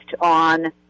on